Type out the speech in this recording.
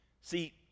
See